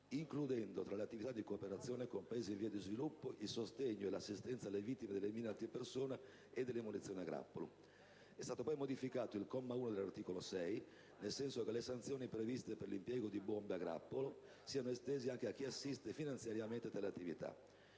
includendo tra le attività di cooperazione con Paesi in via di sviluppo il sostegno e l'assistenza alle vittime delle mine antipersona e delle munizioni a grappolo. È stato poi modificato il comma 1 dell'articolo 6 nel senso che le sanzioni previste per l'impiego di bombe a grappolo siano estese anche a chi assiste finanziariamente tali attività.